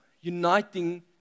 uniting